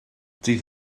dydd